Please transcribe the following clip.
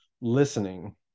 listening